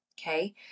Okay